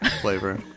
flavor